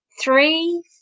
Three